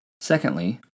Secondly